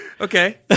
Okay